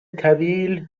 طویل